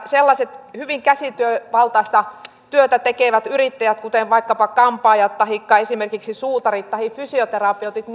sellaiset hyvin käsityövaltaista työtä tekevät yrittäjät kuten vaikkapa kampaajat tahi erimerkiksi suutarit tahi fysioterapeutit